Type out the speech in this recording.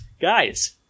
guys